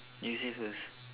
you say first